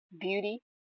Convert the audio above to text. beauty